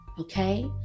okay